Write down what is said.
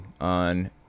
on